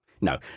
No